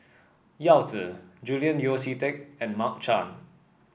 Yao Zi Julian Yeo See Teck and Mark Chan